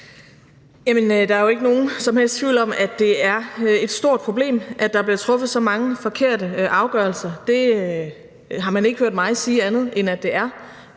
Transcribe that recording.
Der er jo ikke nogen som helst tvivl om, at det er et stort problem, at der bliver truffet så mange forkerte afgørelser – det har man ikke hørt mig sige andet end det er.